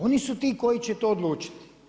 Oni su ti koji će to odlučiti.